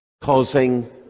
causing